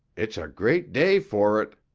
it's a great day for it.